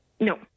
No